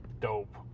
dope